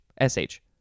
S-H